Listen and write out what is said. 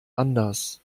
anders